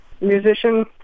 musician